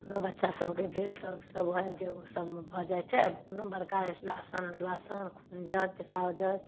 कोनो बच्चा सबके भेल तऽ उ सबमे भऽ जाइ छै कोनो बड़का अल्ट्रासाउण्ड उल्ट्रासन खून जाँच पेशाब जाँच